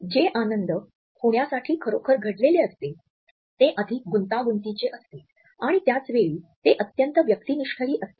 जे आनंद होण्यासाठी खरोखर घडलेले असते ते अधिक गुंतागुंतीचे असते आणि त्याच वेळी ते अत्यंत व्यक्तिनिष्ठ ही असते